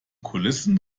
kulissen